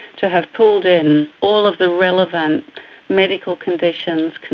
to have pulled in all of the relevant medical conditions,